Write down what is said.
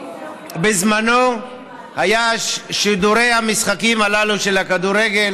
בזמנו היו שידורי המשחקים הללו של הכדורגל